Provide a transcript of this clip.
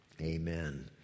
Amen